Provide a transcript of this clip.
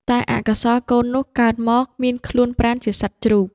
តែអកុសលកូននោះកើតមកមានខ្លួនប្រាណជាសត្វជ្រូក។